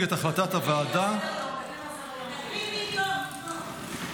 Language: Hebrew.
ועדת הכנסת בדבר העברת הצעות חוק מוועדה לוועדה.